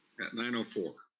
at nine four,